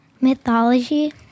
Mythology